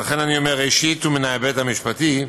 לכן אני אומר, ראשית מההיבט המשפטי: